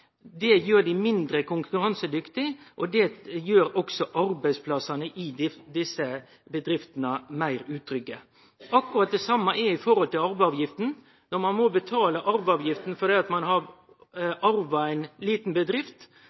det gjer dei mindre konkurransedyktige, og det gjer òg arbeidsplassane i desse bedriftene meir utrygge. Akkurat det same gjeld for arveavgifta. Når ein må betale arveavgift fordi ein har arva ei lita bedrift, er det slik at om ein